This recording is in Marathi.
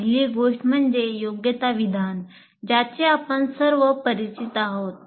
पहिली गोष्ट म्हणजे योग्यता विधान ज्याला आपण सर्व परिचित आहोत